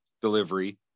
delivery